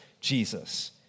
Jesus